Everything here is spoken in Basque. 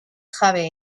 jabe